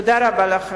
תודה רבה לכם.